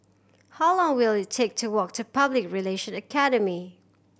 how long will it take to walk to Public Relation Academy